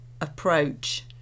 approach